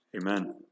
Amen